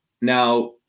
Now